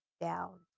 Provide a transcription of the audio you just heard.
down